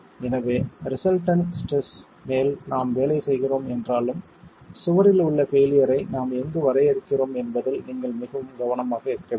எனவே resultant stress மேல் நாம் வேலை செய்கிறோம் என்றாலும் சுவரில் உள்ள பெயிலியர் ஐ நாம் எங்கு வரையறுக்கிறோம் என்பதில் நீங்கள் மிகவும் கவனமாக இருக்க வேண்டும்